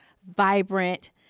vibrant